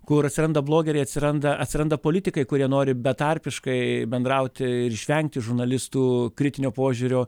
kur atsiranda blogeriai atsiranda atsiranda politikai kurie nori betarpiškai bendrauti išvengti žurnalistų kritinio požiūrio